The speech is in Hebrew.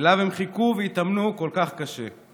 שאליו הם חיכו והתאמנו כל כך קשה.